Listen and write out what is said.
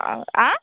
অঁ আঁ